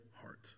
heart